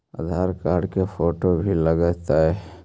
आधार card के photo भी लग तै?